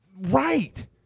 Right